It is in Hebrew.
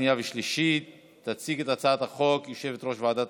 התש"ף 2020. תציג את הצעת החוק יושבת-ראש ועדת